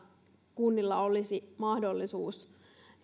kunnilla olisi mahdollisuus